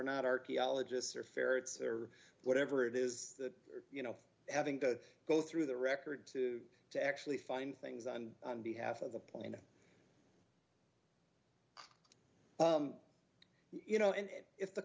not archaeologists or ferrets or whatever it is that you know having to go through the record to to actually find things on behalf of the plaintiff you know and if the